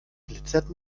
glitzert